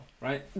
right